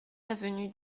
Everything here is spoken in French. avenue